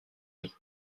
mais